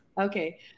okay